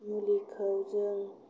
मुलिखौ जों